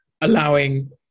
allowing